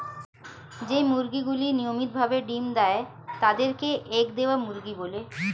যেই মুরগিগুলি নিয়মিত ভাবে ডিম্ দেয় তাদের কে এগ দেওয়া মুরগি বলে